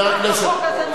כל כך, החוק הזה מוצלח.